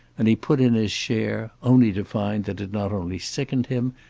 and he put in his share, only to find that it not only sickened him,